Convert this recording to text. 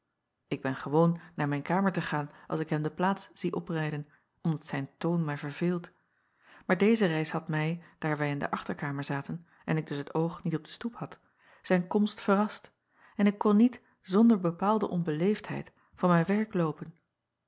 k ben gewoon naar mijn kamer te gaan als ik hem de plaats zie oprijden omdat zijn toon mij verveelt maar deze reis had mij daar wij in de achterkamer zaten en ik dus het oog niet op den stoep had zijn komst verrast en ik kon niet zonder bepaalde onbeleefdheid van mijn werk loopen